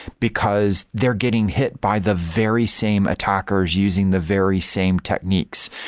because they're getting hit by the very same attackers using the very same techniques.